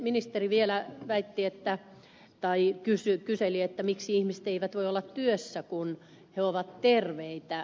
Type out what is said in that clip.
ministeri vielä kyseli miksi ihmiset eivät voi olla työssä kun he ovat terveitä